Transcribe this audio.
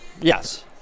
yes